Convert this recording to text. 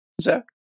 Zach